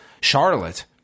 Charlotte